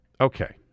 Okay